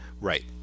right